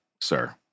sir